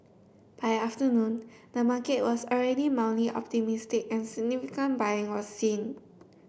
by afternoon the market was already mildly optimistic and significant buying was seen